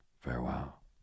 farewell